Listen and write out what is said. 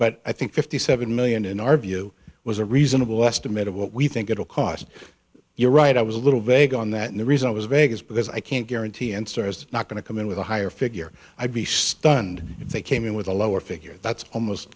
but i think fifty seven million in our view was a reasonable estimate of what we think it will cost you right i was a little vague on that and the reason i was vegas because i can't guarantee answer is not going to come in with a higher figure i'd be stunned if they came in with a lower figure that's almost